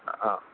ആ